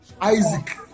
Isaac